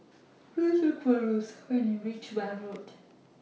Please Look For Rosa when YOU REACH Weld Road